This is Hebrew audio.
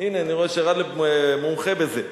לפני חודש, הנה, אני רואה שגאלב מומחה בזה.